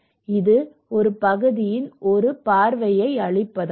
இது பகுதியின் ஒரு பார்வையை அளிப்பதாகும்